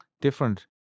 different